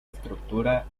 estructura